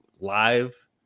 live